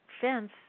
fence